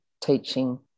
teaching